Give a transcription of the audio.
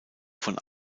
von